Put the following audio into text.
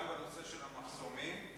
גם בנושא של המחסומים,